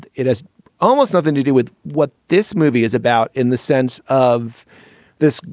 it has almost nothing to do with what this movie is about in the sense of this,